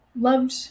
Loved